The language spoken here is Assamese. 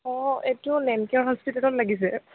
অঁ এইটো নেমকেয়াৰ হস্পিটেলত লাগিছে